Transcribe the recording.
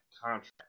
contract